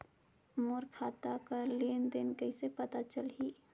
मोर खाता कर लेन देन कइसे पता चलही?